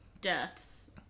deaths